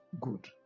Good